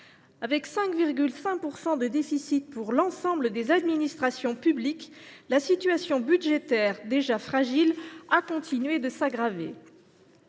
Avec 5,5 % de déficit pour l’ensemble des administrations publiques, la situation budgétaire, déjà fragile, a continué de s’aggraver.